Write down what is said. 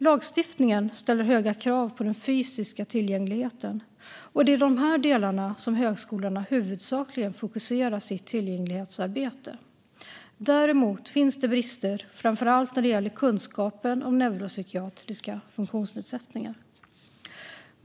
Lagstiftningen ställer höga krav på den fysiska tillgängligheten, och det är dessa delar som högskolorna huvudsakligen fokuserar sitt tillgänglighetsarbete på. Däremot finns det brister framför allt när det gäller kunskapen om neuropsykiatriska funktionsnedsättningar.